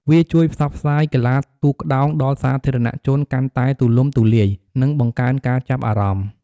វាជួយផ្សព្វផ្សាយកីឡាទូកក្ដោងដល់សាធារណជនកាន់តែទូលំទូលាយ និងបង្កើនការចាប់អារម្មណ៍។